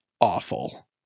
awful